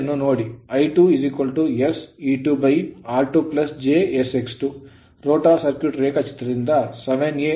ಈ ವ್ಯುತ್ಪತ್ತಿಯನ್ನು ನೋಡಿ I2 sE2 r2 j SX 2 rotor circuit ರೇಖಾಚಿತ್ರ ದಿಂದ 7 a